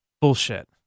Bullshit